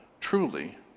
truly